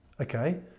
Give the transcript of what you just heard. Okay